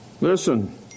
Listen